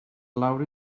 lawr